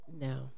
no